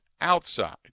outside